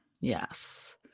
Yes